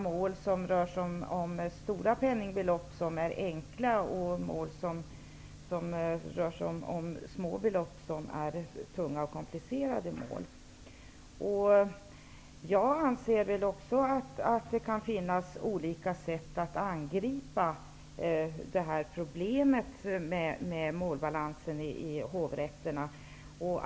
Mål som rör sig om stora penningbelopp kan vara enkla, och mål som rör sig om små belopp kan vara tunga och komplicerade. Jag anser också att det kan finnas olika sätt att angripa problemet med målbalansen i hovrätterna.